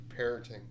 parenting